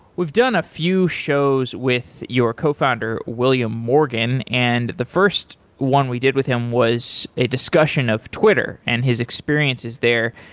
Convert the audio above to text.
we've done a few shows with your cofounder, william morgan, and the first one we did with him was a discussion of twitter and his experiences there,